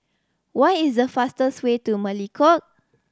what is the fastest way to Melekeok